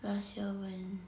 last year when